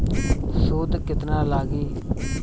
सूद केतना लागी?